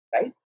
right